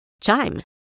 Chime